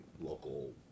local